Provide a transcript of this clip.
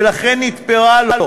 ולכן נתפרה לו,